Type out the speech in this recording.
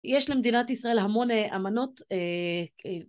יש למדינת ישראל המון אה אמנות